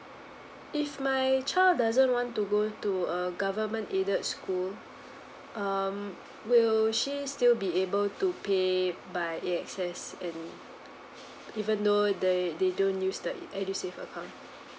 if my child doesn't want to go to a government aided school um will she still be able to pay by A_X_S and even though they they don't use that edusave account